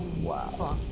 wow.